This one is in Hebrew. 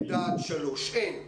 לגילאי לידה עד שלוש, אין.